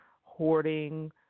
hoarding